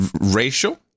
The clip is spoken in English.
racial